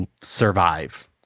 survive